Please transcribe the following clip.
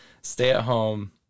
stay-at-home